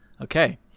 Okay